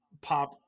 pop